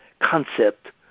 concept